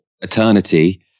eternity